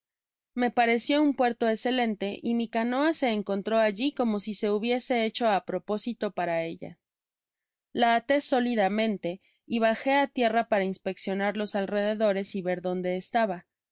me pareció un puerto escelente y mi canoa se encontró allí como si se hubiese hecho á propósito para ella la até sólidamente y bajé á tierra para inspeccionar los alrededores y ver donde estaba me